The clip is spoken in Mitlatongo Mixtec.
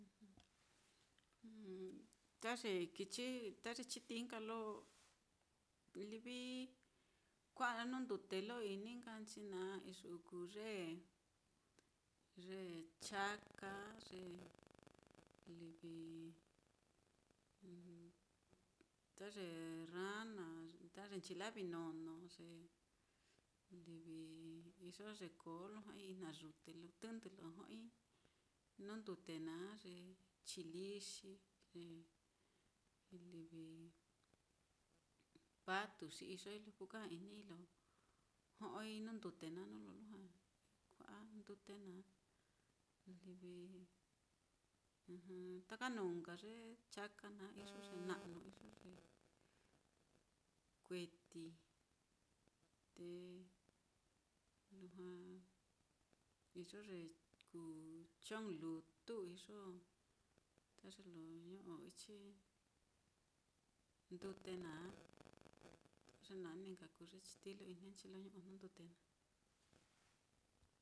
ta ye kichi, ta ye chitií nka lo livi kua'a nuu ndute lo ini nka nchi naá iyu'u kuu ye ye chaka á, ye livi ta ye rana á, ta ye nchilavinono, ye livi iyo ye koo lo ja'ai ijnayute lo tɨndɨ lo jo'oi nuu ndute naá, ye chilixi, ye livi patu xi iyoi lo kuu kaja-inii lo jo'oi nuu ndute naá, nuu lo lujua lo kua'a ndute naá, livi taka nuu nka ye chaka naá, iyo ye na'nu, iyo ye kueti, te lujua iyo ye kuu chong lutu, iyo ta ye lo ño'o ichi ndute naá, ye naá ni nka kuu ye chitií lo ininchi lo ño'o nuu ndute naá.